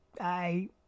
I